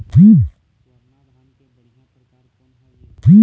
स्वर्णा धान के बढ़िया परकार कोन हर ये?